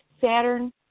Saturn